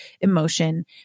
emotion